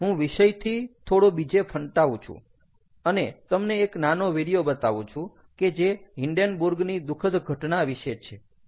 હું વિષયથી થોડો બીજે ફંટાવું છું અને તમને એક નાનો વીડીયો બતાવું છું કે જે હિન્ડેન્બુર્ગ ની દુઃખદ ઘટના વિશે છે